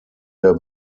der